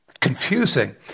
confusing